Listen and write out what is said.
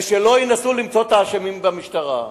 שלא ינסו למצוא את האשמים במשטרה.